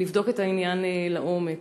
ונבדוק את העניין לעומק.